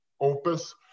opus